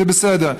זה בסדר,